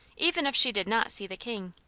even if she did not see the king.